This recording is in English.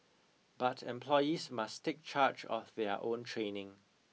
but employees must take charge of their own training